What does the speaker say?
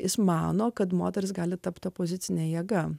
jis mano kad moteris gali tapti opozicine jėga